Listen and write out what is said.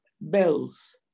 bells